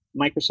Microsoft